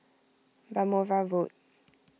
Balmoral Road